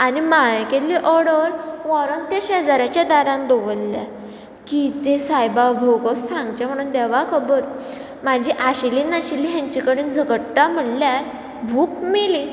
आनी हांवें केल्ली ऑर्डर व्हरोन त्या शेजाऱ्याच्या दारान दवरल्या किदें सायबा भोगोस सांगचें म्हणून देवाक खबर म्हजी आशिल्ली नाशिल्ली हांचे कडेन झगडटा म्हणल्यार भूक मेली